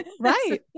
Right